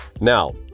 Now